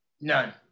None